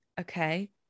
Okay